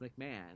McMahon